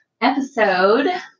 episode